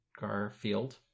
garfield